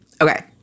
Okay